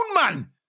man